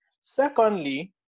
Secondly